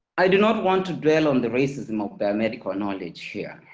i do not want to dwell on the racism of the medical knowledge here.